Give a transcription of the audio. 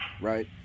right